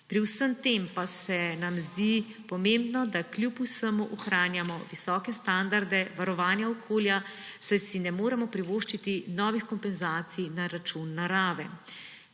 Pri vsem tem pa se nam zdi pomembno, da kljub vsemu ohranjamo visoke standarde varovanja okolja, saj si ne moremo privoščiti novih kompenzacij na račun narave.